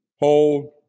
Hold